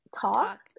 talk